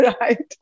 right